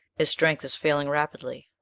his strength is failing rapidly.